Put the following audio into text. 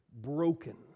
broken